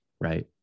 right